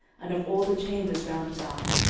and of all the chambers round about,